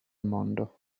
mondo